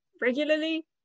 regularly